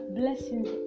blessings